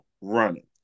running